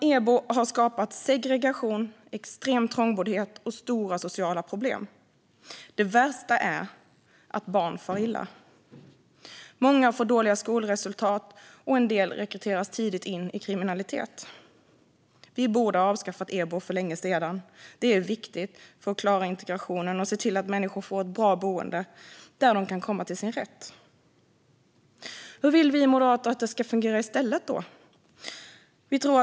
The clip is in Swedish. EBO har skapat segregation, extrem trångboddhet och stora sociala problem. Det värsta är att barn far illa. Många får dåliga skolresultat, och en del rekryteras tidigt in i kriminalitet. Vi borde ha avskaffat EBO för länge sedan. Det är viktigt för att klara integrationen och se till att människor får ett bra boende där de kan komma till sin rätt. Hur vill då vi moderater att det ska fungera i stället?